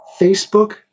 Facebook